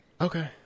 Okay